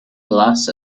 glass